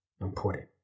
important